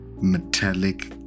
metallic